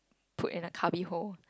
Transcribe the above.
put in a cubby hole